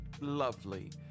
lovely